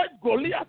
Goliath